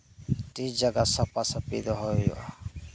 ᱛᱤ ᱡᱟᱝᱜᱟ ᱥᱟᱯᱷᱟ ᱥᱟᱯᱷᱤ ᱫᱚᱦᱚ ᱦᱩᱭᱩᱜᱼᱟ